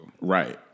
Right